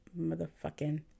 motherfucking